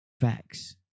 Facts